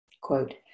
Quote